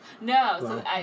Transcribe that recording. No